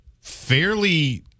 fairly